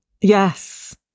Yes